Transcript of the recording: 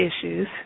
issues